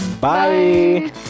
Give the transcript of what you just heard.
Bye